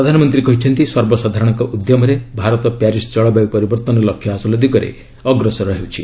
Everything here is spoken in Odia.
ପ୍ରଧାନମନ୍ତ୍ରୀ କହିଛନ୍ତି ସର୍ବସାଧାରଣଙ୍କ ଉଦ୍ୟମରେ ଭାରତ ପ୍ୟାରିଶ୍ ଜଳବାୟୁ ପରିବର୍ତ୍ତନ ଲକ୍ଷ୍ୟ ହାସଲ ଦିଗରେ ଅଗ୍ରସର ହେଉଛି